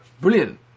Brilliant